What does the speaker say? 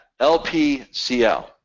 LPCL